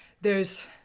There's-